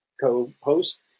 co-host